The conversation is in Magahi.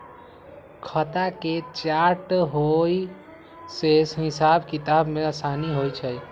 खता के चार्ट होय से हिसाब किताब में असानी होइ छइ